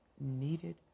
needed